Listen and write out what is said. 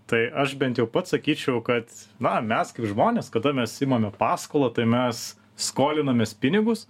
tai aš bent jau pats sakyčiau kad na mes kaip žmonės kada mes imame paskolą tai mes skolinamės pinigus